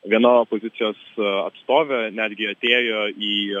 viena opozicijos atstovė netgi atėjo į